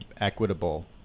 equitable